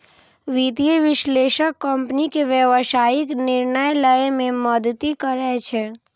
वित्तीय विश्लेषक कंपनी के व्यावसायिक निर्णय लए मे मदति करै छै